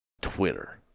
Twitter